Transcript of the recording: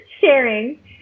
sharing